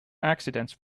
accidents